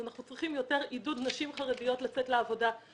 אז אנחנו צריכים יותר עידוד נשים חרדיות לצאת לעבודה.